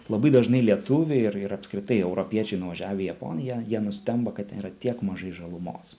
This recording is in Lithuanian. labai dažnai lietuviai ir ir apskritai europiečiai nuvažiavę į japoniją jie nustemba kad ten yra tiek mažai žalumos